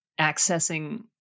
accessing